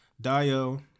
Dio